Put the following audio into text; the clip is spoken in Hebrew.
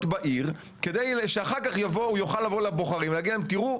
בעיר כדי שאחר כך הוא יוכל לבוא לבוחרים ולהגיד להם: תראו,